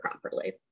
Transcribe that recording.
properly